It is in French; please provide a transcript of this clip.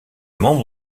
membre